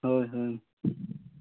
ᱦᱳᱭ ᱦᱳᱭ